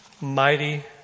Mighty